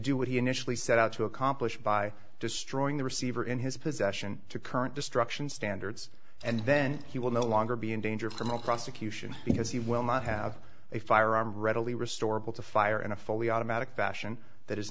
do what he initially set out to accomplish by destroying the receiver in his possession to current destruction standards and then he will no longer be in danger from a prosecution because you will not have a firearm readily restorable to fire in a fully automatic fashion that is